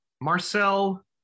marcel